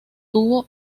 tuvo